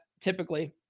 typically